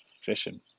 fishing